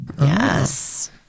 Yes